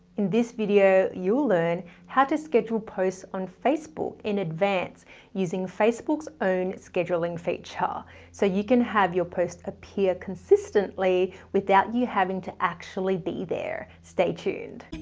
in this video you'll learn how to schedule posts on facebook in advance using facebook's own scheduling feature so you can have your posts appear consistently without you having to actually be there stay tuned